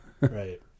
Right